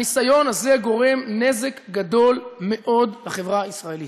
הניסיון הזה גורם נזק גדול מאוד לחברה הישראלית.